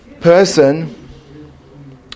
person